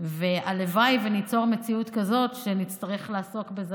והלוואי שניצור מציאות כזאת שנצטרך לעסוק בזה